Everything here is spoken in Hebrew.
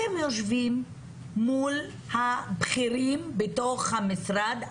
אתם יושבים מול הבכירים בתוך המשרד,